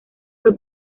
fue